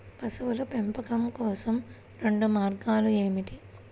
పశువుల పెంపకం కోసం రెండు మార్గాలు ఏమిటీ?